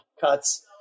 cuts